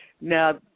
Now